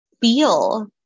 feel